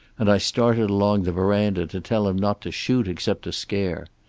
and i started along the verandah to tell him not to shoot except to scare.